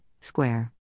square